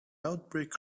outbreak